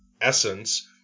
essence